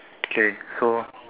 okay so